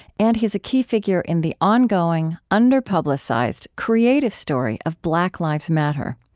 and he is a key figure in the ongoing, under-publicized, creative story of black lives matter.